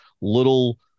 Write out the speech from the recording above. Little